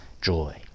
joy